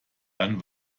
dann